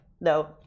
No